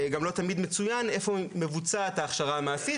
גם לא תמיד מצוין איפה מבוצעת ההכשרה המעשית,